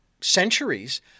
centuries